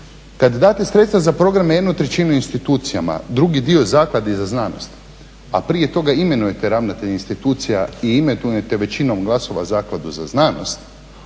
Kad date sredstva za program a jednu trećinu institucijama, drugi dio Zakladi za znanost, a prije toga imenujete ravnatelja institucija i imenujete većinom glasova Zakladu za znanost